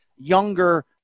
younger